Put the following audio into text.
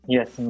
Yes